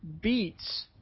beats